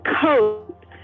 coat